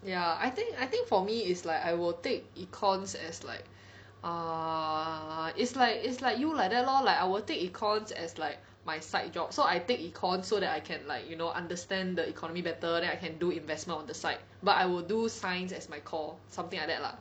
ya I think I think for me is like I will take econs as like err it's like it's like you like that lor like I will take econs as like my side job so I take econs so that I can like you know understand the economy better then I can do investment on the side but I will do science as my call something like that lah